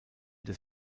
des